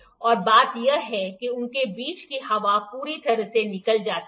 और बात यह है कि उनके बीच की हवा पूरी तरह से निकल जाती है